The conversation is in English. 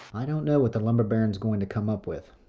i don't know what the lumber baron is gonna come up with.